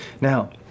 Now